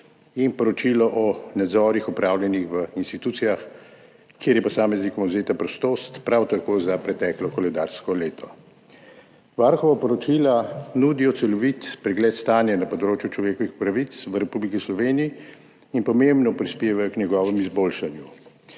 in poročilo o nadzorih, opravljenih v institucijah, kjer je posameznikom odvzeta prostost, prav tako za preteklo koledarsko leto. Varuhova poročila nudijo celovit pregled stanja na področju človekovih pravic v Republiki Sloveniji in pomembno prispevajo k njegovemu izboljšanju.